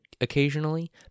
occasionally